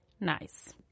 Nice